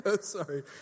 Sorry